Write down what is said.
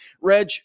Reg